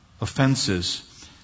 offenses